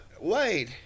wait